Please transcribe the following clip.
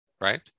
right